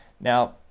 Now